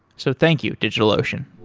so thank you, digitalocean